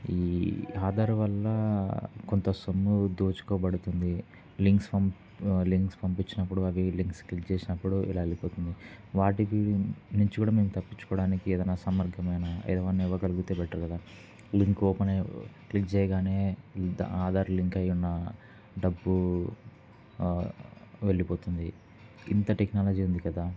ఈ ఆధార్ వల్ల కొంత సొమ్ము దోచుకోబడుతుంది లింక్స్ పం లింక్స్ పంపించినప్పుడు అవి లింక్స్ క్లిక్ చేసినప్పుడు ఇలా వెళ్ళిపోతుంది వాటి నుంచి కూడా మేము తప్పించుకోవడానికి ఏదైనా సమగ్రమైన ఏదైనా ఇవ్వగలిగితే బెట్టరు కదా లింక్ ఓపెనయ క్లిక్ చేయగానే ఆధార్ లింక్ అయి ఉన్న డబ్బు వెళ్ళిపోతుంది ఇంత టెక్నాలజీ ఉంది కదా